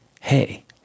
Hey